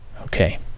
Okay